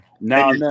now